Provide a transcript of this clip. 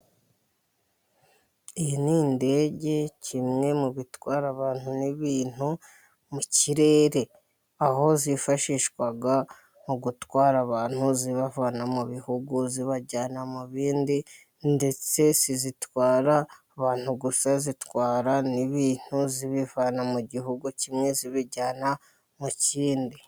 Iyi ni indege kimwe mu bitwara abantu n' ibintu mu kirere, aho zifashishwa mu gutwara abantu zibavana mu bihugu zibajyana mu bindi, ndetse ntizitwara abantu gusa zitwara n' ibintu zibivana mu gihugu kimwe zibijyana mu kindi.